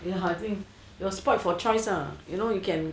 ya I think you're spoilt for choice ah you know you can